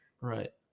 right